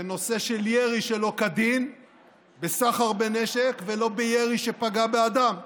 בנושא של ירי שלא כדין בסחר בנשק ולא בירי שפגע באדם.